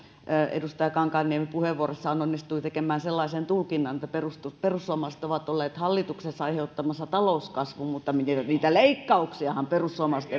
edustaja kankaanniemi puheenvuorossaan onnistui tekemään sellaisen tulkinnan että perussuomalaiset ovat olleet hallituksessa aiheuttamassa talouskasvun mutta niitä leikkauksiahan perussuomalaiset